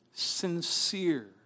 Sincere